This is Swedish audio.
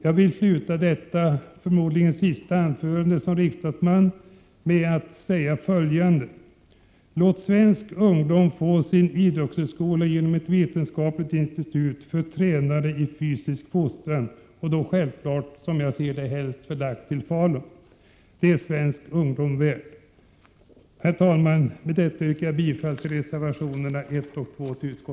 Jag vill sluta detta mitt förmodligen sista anförande som riksdagsman med att säga följande: Låt svensk ungdom få sin idrottshögskola genom ett vetenskapligt institut för tränare i fysisk fostran, som enligt min uppfattning självfallet bör vara förlagd till Falun. Det är svensk ungdom värd. Herr talman! Med det anförda yrkar jag bifall till reservationerna 1 och 2.